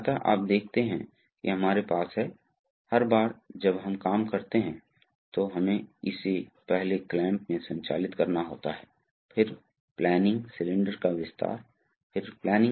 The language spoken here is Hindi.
जबकि यदि आप इसे बाईं ओर ले जाते हैं तो पंप ए से जुड़ा हुआ है और टैंक बी से जुड़ा हुआ है इसलिए यह फोर वे वाल्व है